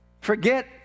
Forget